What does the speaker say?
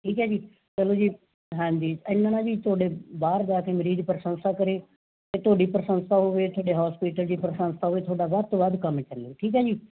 ਠੀਕ ਹੈ ਜੀ ਚਲੋ ਜੀ ਹਾਂਜੀ ਇਵੇਂ ਨਾ ਜੀ ਤੁਹਾਡੇ ਬਾਹਰ ਜਾ ਕੇ ਮਰੀਜ਼ ਪ੍ਰਸ਼ੰਸਾ ਕਰੇ ਅਤੇ ਤੁਹਾਡੀ ਪ੍ਰਸ਼ੰਸਾ ਹੋਵੇ ਤੁਹਾਡੇ ਹੋਸਪੀਟਲ ਦੀ ਪ੍ਰਸ਼ੰਸਾ ਹੋਵੇ ਤੁਹਾਡਾ ਵੱਧ ਤੋਂ ਵੱਧ ਕੰਮ ਚੱਲੇ ਠੀਕ ਹੈ ਜੀ